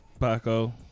Paco